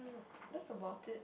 that's about it